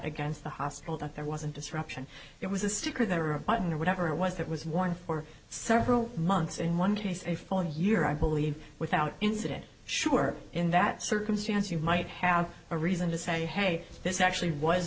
against the hospital that there was a disruption it was a sticker there were a button or whatever it was that was worn for several months in one case a full year i believe without incident sure in that circumstance you might have a reason to say hey this actually was